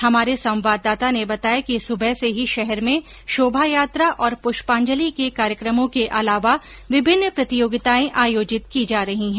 हमारे संवाददाता ने बताया कि सुबह से ही शहर में शोभायात्रा और पुष्पाजलि के कार्यक्रमों के अलावा विभिन्न प्रतियोगिताएं आयोजित की जा रही हैं